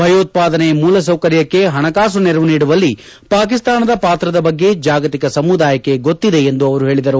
ಭಯೋತ್ಪದನೆ ಮೂಲಸೌಕರ್ಯಕ್ಕೆ ಹಣಕಾಸು ನೆರವು ನೀಡುವಲ್ಲಿ ಪಾಕಿಸ್ತಾನದ ಪಾತ್ರದ ಬಗ್ಗೆ ಜಾಗತಿಕ ಸಮುದಾಯಕ್ಕೆ ಗೊತ್ತಿದೆ ಎಂದು ಅವರು ಹೇಳಿದರು